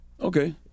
Okay